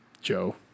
Joe